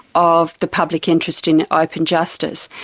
of the public interest in open justice.